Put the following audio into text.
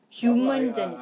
human that